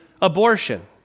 abortion